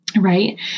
Right